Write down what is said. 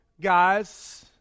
Guys